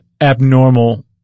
abnormal